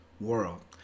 world